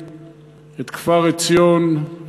את כפר-עציון,